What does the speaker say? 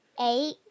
Eight